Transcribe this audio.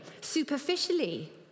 superficially